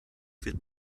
wird